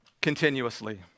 continuously